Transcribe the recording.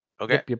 Okay